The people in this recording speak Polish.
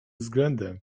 względem